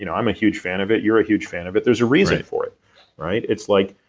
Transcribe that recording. you know i'm a huge fan of it. you're a huge fan of it. there's a reason for it right it's like,